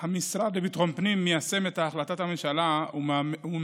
המשרד לביטחון פנים מיישם את החלטת הממשלה ומממן